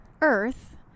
earth